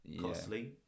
costly